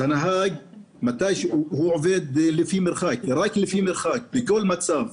הוא עובד לפי מרחק בכל מצב.